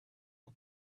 the